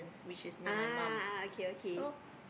ah okay okay